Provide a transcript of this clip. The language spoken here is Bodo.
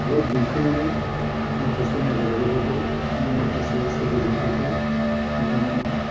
लभ दिन्थिनानै माखासे नोगोरारिफोरखौ माखासे सिटिजेनफोरखौ बिथांमोना